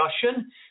discussion